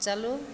चलू